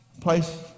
place